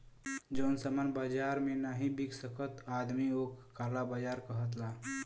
जौन सामान बाजार मे नाही बिक सकत आदमी ओक काला बाजारी कहला